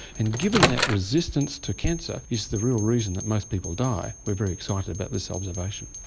and given that resistance to cancer is the real reason that most people die, we are very excited about this observation.